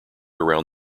around